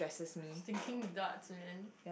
thinking darts man